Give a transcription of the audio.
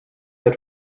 had